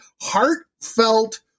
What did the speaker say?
heartfelt